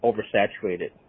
Oversaturated